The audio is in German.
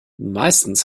meistens